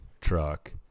truck